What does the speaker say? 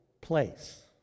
place